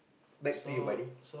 back to you buddy